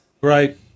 Right